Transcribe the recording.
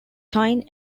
tyne